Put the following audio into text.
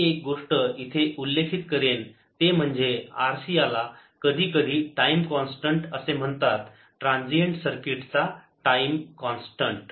एक गोष्ट मी इथे उल्लेखित करेन ते म्हणजे RC याला कधी कधी टाईम कॉन्स्टंट असे म्हणतात ट्रांसीएंट सर्किट चा टाईम कॉन्स्टंट